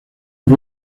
por